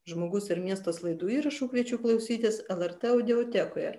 žmogus ir miestas laidų įrašų kviečiu klausytis lrt audiotekoje